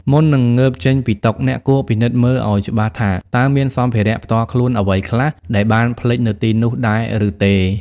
មុននឹងងើបចេញពីតុ អ្នកគួរពិនិត្យមើលឱ្យច្បាស់ថាតើមានសម្ភារៈផ្ទាល់ខ្លួនអ្វីខ្លះដែលបានភ្លេចនៅទីនោះដែរឬទេ។